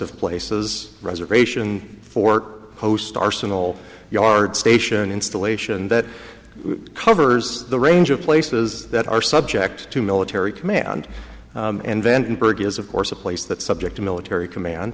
of places reservation for host arsenal yard station installation that covers the range of places that are subject to military command and then berg is of course a place that's subject to military command